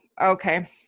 okay